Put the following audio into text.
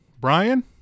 Brian